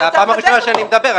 זו הפעם הראשונה שאני מדבר.